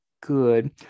good